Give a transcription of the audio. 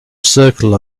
circle